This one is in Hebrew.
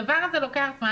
הדבר הזה לוקח זמן.